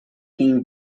keen